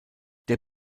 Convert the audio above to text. der